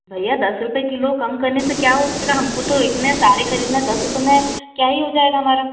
भैया दस रुपये किलो कम करने से क्या होगा हमको तो इतने सारे खरीदना है दस रुपये में क्या ही हो जाएगा हमारा